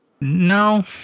No